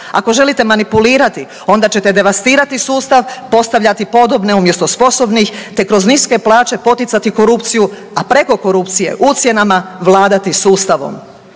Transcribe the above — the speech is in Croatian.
Ako želite manipulirati onda ćete devastirati sustav, postavljati podobne umjesto sposobnih te kroz niske plaće poticati korupciju, a preko korupcije ucjenama vladati sustavom.